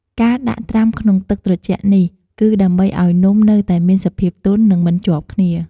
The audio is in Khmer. ការដាក់ត្រាំក្នុងទឹកត្រជាក់នេះគឺដើម្បីឲ្យនំនៅតែមានសភាពទន់ និងមិនជាប់គ្នា។